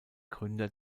gründer